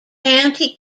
county